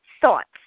thoughts